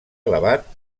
elevat